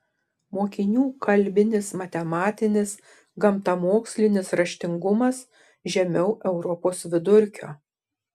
mokinių kalbinis matematinis gamtamokslinis raštingumas žemiau europos vidurkio